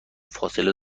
فاصله